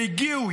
שהגיעו,